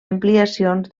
ampliacions